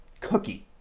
cookie